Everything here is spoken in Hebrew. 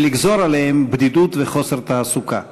ולגזור עליהם בדידות וחוסר תעסוקה.